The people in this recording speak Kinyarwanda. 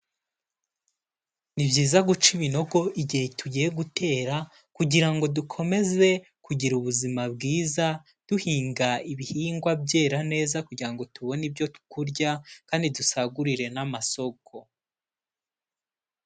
Ni byiza guca ibinogo igihe tugiye gutera, kugira ngo dukomeze kugira ubuzima bwiza, duhinga ibihingwa byera neza kugira ngo tubone ibyo kurya, kandi dusagurire n'amasoko.